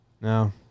No